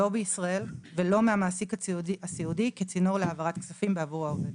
לא בישראל ולא מהמעסיק הסיעודי כצינור להעברת כספים בעבור העובד.